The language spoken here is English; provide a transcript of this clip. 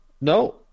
no